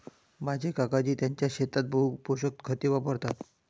माझे काकाजी त्यांच्या शेतात बहु पोषक खते वापरतात